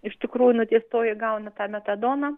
iš tikrųjų nuteistoji gauna tą metadoną